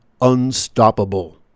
unstoppable